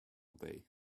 day